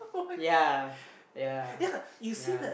ya ya ya